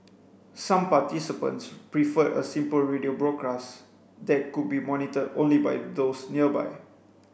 some participants preferred a simple radio broadcast that could be monitored only by those nearby